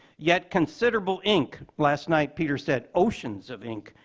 yet considerable ink, last night, peter said oceans of ink,